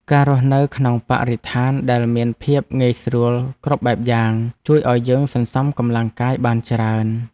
ការរស់នៅក្នុងបរិស្ថានដែលមានភាពងាយស្រួលគ្រប់បែបយ៉ាង ជួយឱ្យយើងសន្សំកម្លាំងកាយបានច្រើន។